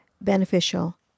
beneficial